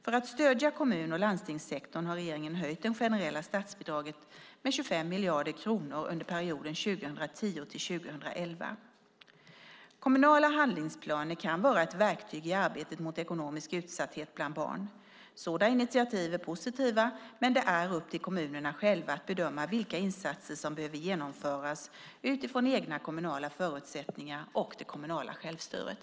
För att stödja kommun och landstingssektorn har regeringen höjt det generella statsbidraget med 25 miljarder kronor under perioden 2010-2011. Kommunala handlingsplaner kan vara ett verktyg i arbetet mot ekonomisk utsatthet bland barn. Sådana initiativ är positiva, men det är upp till kommunerna själva att bedöma vilka insatser som behöver genomföras utifrån egna kommunala förutsättningar och det kommunala självstyret.